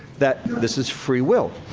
that this is free will.